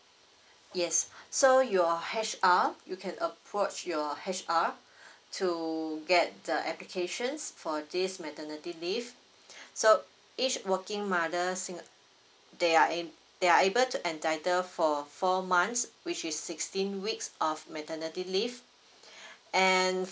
yes so your H_R you can approach your H_R to get the applications for this maternity leave so each working mother sing~ they are ab~ they are able to entitle for four months which is sixteen weeks of maternity leave and